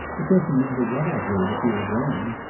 it doesn't matter what i heard, if you are going.